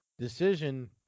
decision